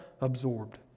absorbed